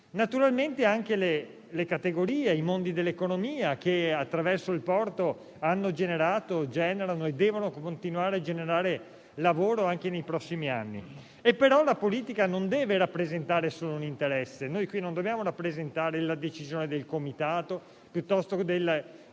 laguna, ma anche le categorie e i vari mondi dell'economia, che attraverso il porto hanno generato, generano e devono continuare a generare lavoro anche nei prossimi anni. La politica, però, non deve rappresentare solo un interesse. Qui non dobbiamo rappresentare la decisione del comitato o l'interesse